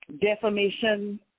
Defamation